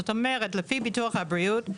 זאת אומרת, לפי ביטוח הבריאות,